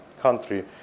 country